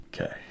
Okay